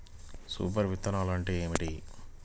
Super విత్తనాలు అంటే ఏమిటి?